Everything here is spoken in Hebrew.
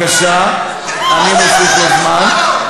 בבקשה, אני מוסיף לו זמן.